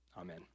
Amen